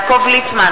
בעד יעקב ליצמן,